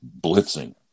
blitzing